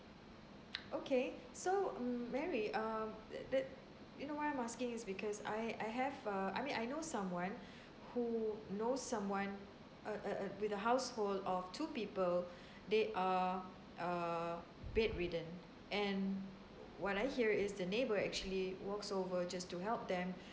okay so mm mary um that that you know why I'm asking is because I I have uh I mean I know someone who know someone err err with the household of two people they are are bedridden and what I hear is the neighbor actually walks over just to help them